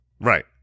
Right